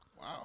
Wow